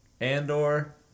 Andor